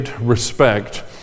respect